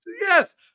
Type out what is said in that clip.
yes